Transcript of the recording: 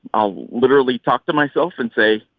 i'll literally talk to myself and say,